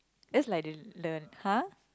that's like the the !huh!